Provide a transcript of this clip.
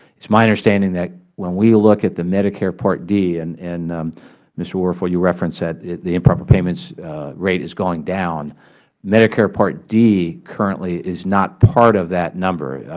is my understanding that when we look at the medicare part d and, and mr. werfel, you referenced that the improper payments rate is going down medicare part d currently is not part of that number,